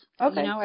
Okay